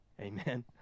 Amen